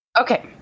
Okay